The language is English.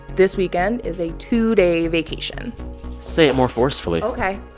this weekend is a two-day vacation say it more forcefully ok.